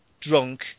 drunk